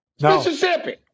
Mississippi